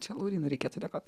čia laurynui reikėtų dėkot